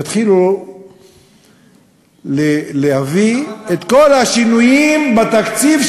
יתחילו להביא את כל השינויים בתקציב,